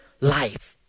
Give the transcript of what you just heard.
life